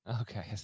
Okay